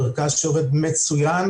מרכז שעובד מצוין,